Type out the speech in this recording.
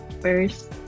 first